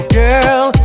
girl